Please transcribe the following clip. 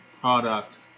product